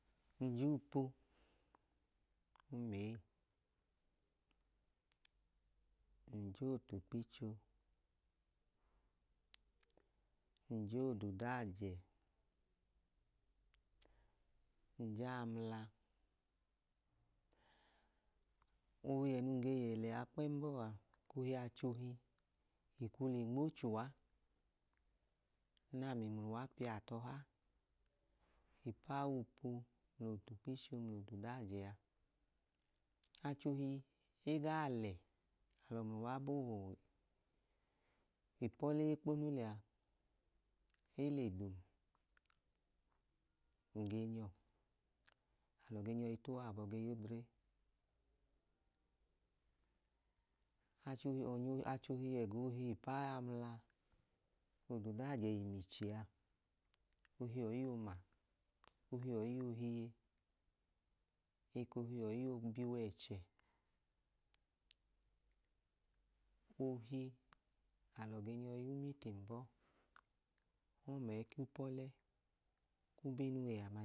Ng je upu, o ma eyi, ng je otukpo-icho, ng je ododo-ajẹ, ng je amla. Ooyẹ num ge yẹ liya kpẹẹm bọọ a, ekohi achẹ ohi, ikwu le nmo che uwa, nẹ ami mla uwa piya tọha ipu aupu, mla otukpo-icho mla ododo-ajẹ a. Achẹ ohi, e gaa lẹ, ami mla uwa ba ipọlẹ eekponu liya, e le dum, ng gen yọ. Ng gen yọ i ta uwa abọ ge ya odre. Achẹ ohi, ọnya ohi, ẹga ohi, ipu aamla, ododo-ajẹ, emichi a, ohi ọyi-ooma, ohi ọyi-oohiye, ekohi ọyi-oobi wa ẹchẹ. Ohi alọ gen yọ i ya umitim bọọ. mẹmla ẹku ipọlẹ ku ubenuwee ama.